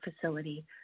facility